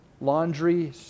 laundry